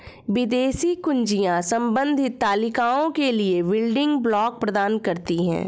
विदेशी कुंजियाँ संबंधित तालिकाओं के लिए बिल्डिंग ब्लॉक प्रदान करती हैं